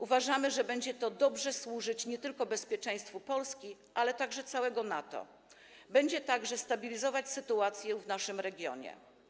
Uważamy, że będzie to dobrze służyć nie tylko bezpieczeństwu Polski, ale także całego NATO, będzie także stabilizować sytuację w naszym regionie.